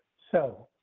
so.